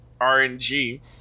rng